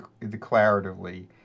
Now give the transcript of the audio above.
declaratively